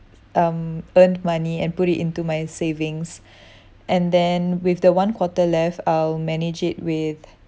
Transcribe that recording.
um earned money and put it into my savings and then with the one quarter left I'll manage it with